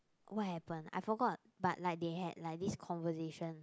what happen I forgot but like they had like this conversation